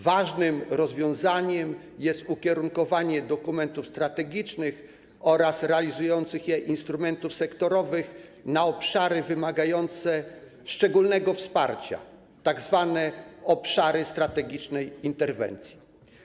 Ważnym rozwiązaniem jest ukierunkowanie dokumentów strategicznych oraz realizujących je instrumentów sektorowych na obszary wymagające szczególnego wsparcia, tzw. obszary strategicznej interwencji.